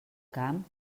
camp